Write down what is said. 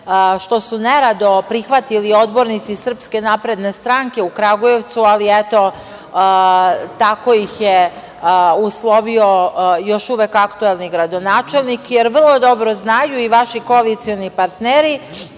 što su nerado prihvatili odbornici SNS u Kragujevcu, ali eto tako ih je uslovio još uvek aktuelni gradonačelnik, jer vrlo dobro znaju i vaši koalicioni partneri